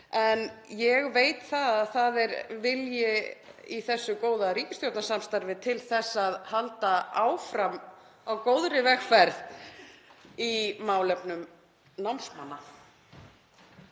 ég veit að það er vilji í þessu góða ríkisstjórnarsamstarfi til þess að halda áfram á góðri vegferð í málefnum námsmanna.